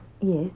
Yes